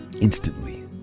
instantly